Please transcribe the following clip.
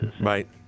Right